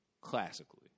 classically